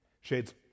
Shades